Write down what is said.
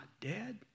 dead